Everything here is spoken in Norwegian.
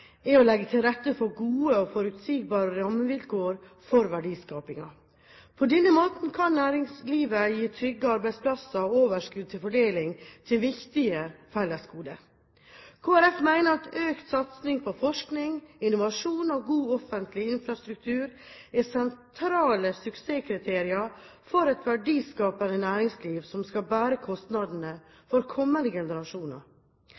er å legge til rette for gode og forutsigbare rammevilkår for verdiskaping. På denne måten kan næringslivet gi trygge arbeidsplasser og overskudd til fordeling til viktige fellesskapsgoder. Kristelig Folkeparti mener at økt satsing på forskning, innovasjon og god offentlig infrastruktur er sentrale suksesskriterier for et verdiskapende næringsliv som skal bære